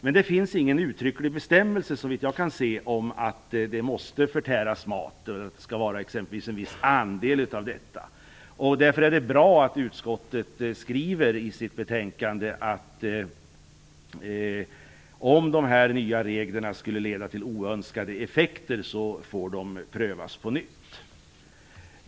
Men det finns ingen uttrycklig bestämmelse, såvitt jag kan se, om att det måste förtäras mat, att det exempelvis skall vara en viss andel av detta. Därför är det bra att utskottet skriver i sitt betänkande att om de nya reglerna skulle få oönskade effekter får de prövas på nytt.